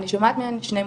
אני שומעת מהן שני מוטיבים,